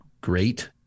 great